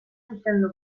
zuzendu